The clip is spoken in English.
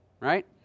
right